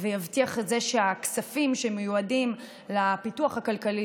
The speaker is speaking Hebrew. ויבטיח שהכספים שמיועדים לפיתוח הכלכלי